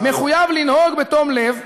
מחויב לנהוג בתום לב,